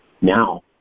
Now